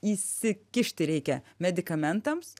įsikišti reikia medikamentams